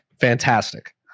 Fantastic